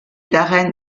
darren